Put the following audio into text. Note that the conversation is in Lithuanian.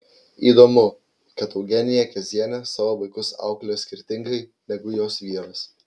įdomu kad eugenija kezienė savo vaikus auklėjo skirtingai negu jos vyras